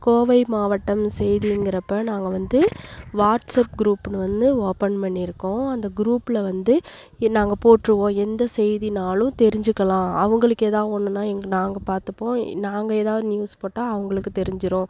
கோவை மாவட்டம் செய்திங்கிறப்போ நாங்கள் வந்து வாட்ஸ்அப் குரூப்புன்னு வந்து ஓப்பன் பண்ணி இருக்கோம் அந்த குரூப்பில் வந்து ஏ நாங்கள் போட்ருவோம் எந்த செய்தினாலும் தெரிஞ்சிக்கலாம் அவங்களுக்கு ஏதா ஒன்றுன்னா எங் நாங்கள் பார்த்துப்போம் நாங்கள் ஏதா நியூஸ் போட்டா அவங்களுக்கு தெரிஞ்சிரும்